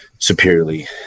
superiorly